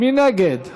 מי נגד?